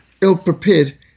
ill-prepared